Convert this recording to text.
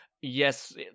Yes